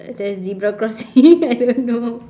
there's a zebra crossing I don't know